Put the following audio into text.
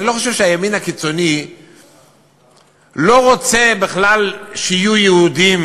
אני לא חושב שהימין הקיצוני לא רוצה בכלל שיהיו יהודים